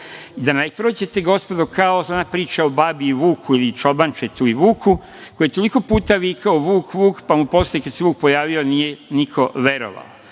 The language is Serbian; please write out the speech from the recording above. Da ne prođete gospodo kao ona priča o babi i vuku ili čobančetu i vuku koji je toliko puta vikao vuk, vuk, pa mu posle kada se vuk pojavio niko nije verovao. Dakle,